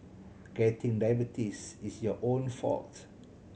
getting diabetes is your own fault